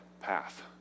path